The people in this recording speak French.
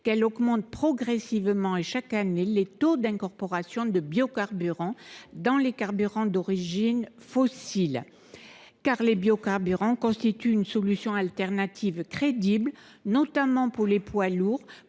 que nous augmentions progressivement et chaque année les taux d’incorporation de biocarburants dans les carburants d’origine fossile. En effet, les biocarburants constituent une solution de remplacement crédible, notamment pour les poids lourds,